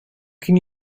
can